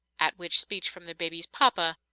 at which speech from the baby's papa,